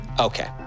Okay